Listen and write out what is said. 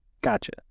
Gotcha